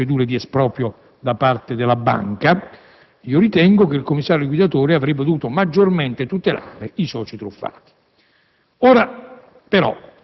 Non discuto, ovviamente, le procedure di esproprio da parte della banca, ma ritengo che il commissario liquidatore avrebbe dovuto tutelare maggiormente i soci truffati.